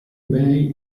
bei